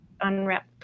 unwrap